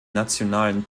nationalen